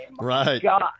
Right